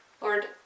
Lord